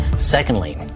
Secondly